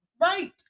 right